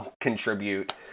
contribute